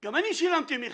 גם אני שילמתי מחיר.